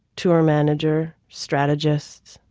tour manager, strategist,